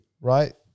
right